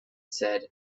said